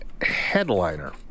headliner